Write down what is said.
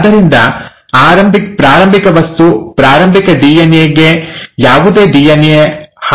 ಆದ್ದರಿಂದ ಪ್ರಾರಂಭಿಕ ವಸ್ತು ಪ್ರಾರಂಭಿಕ ಡಿಎನ್ಎ ಗೆ ಯಾವುದೇ ಡಿಎನ್ಎ ಹಾನಿ ಇಲ್ಲ